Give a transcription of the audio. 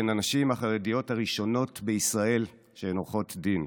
בין הנשים החרדיות הראשונות בישראל שהן עורכות דין.